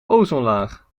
ozonlaag